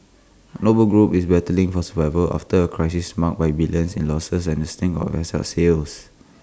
noble group is battling for survival after A crisis marked by billions in losses and A string of asset sales